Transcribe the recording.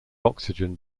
oxygen